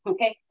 Okay